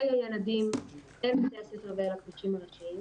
הילדים אל בתי הספר ואל הכבישים הראשיים.